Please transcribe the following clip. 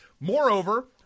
Moreover